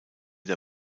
der